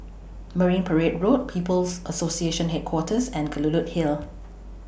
Marine Parade Road People's Association Headquarters and Kelulut Hill